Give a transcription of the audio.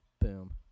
boom